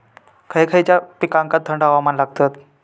खय खयच्या पिकांका थंड हवामान लागतं?